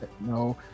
no